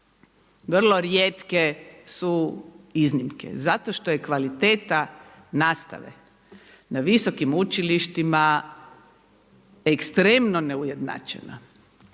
Vrlo rijetke su iznimke zato što je kvaliteta nastave na visokim učilištima ekstremno neujednačena.